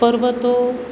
પર્વતો